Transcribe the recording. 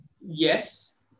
Yes